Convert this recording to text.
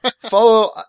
Follow